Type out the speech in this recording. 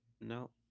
No